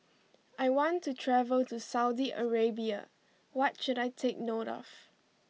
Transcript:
I want to travel to Saudi Arabia what should I take note of